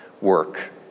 work